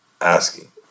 asking